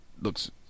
looks